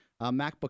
MacBook